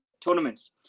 tournaments